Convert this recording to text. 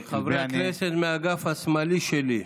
חברי הכנסת מהאגף השמאלי שלי.